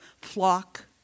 flock